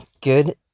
good